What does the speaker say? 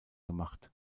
gemacht